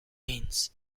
means